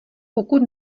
pokud